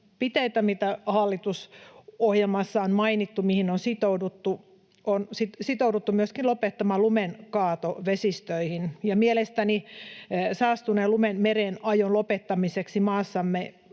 mitä hallitusohjelmassa on mainittu ja mihin on sitouduttu, on sitouduttu myöskin lopettamaan lumenkaato vesistöihin. Mielestäni saastuneen lumen mereenajon lopettamiseksi maassamme